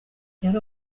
yari